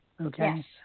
okay